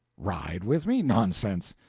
ride with me? nonsense!